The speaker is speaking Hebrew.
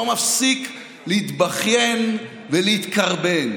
לא מפסיק להתבכיין ולהתקרבן.